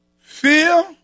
Fear